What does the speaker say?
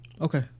Okay